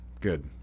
good